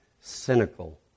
cynical